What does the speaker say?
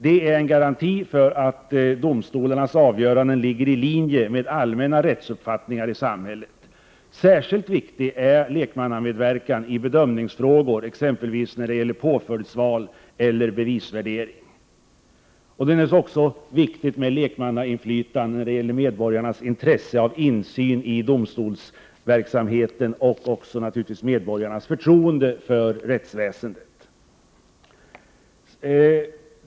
Det är en garanti för att domstolarnas avgöranden ligger i linje med allmänna rättsuppfattningar i samhället. Särskilt viktig är lekmannamedverkan i bedömningsfrågor, exempelvis när det gäller påföljdsval eller bevisvärdering. Det är naturligtvis också viktigt med lekmannainflytande när det gäller medborgarnas intresse och insyn i domstolarnas verksamhet och medborgarnas förtroende för rättsväsendet.